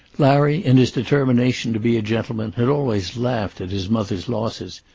larry, in his determination to be a gentleman, had always laughed at his mother's losses.